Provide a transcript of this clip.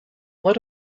let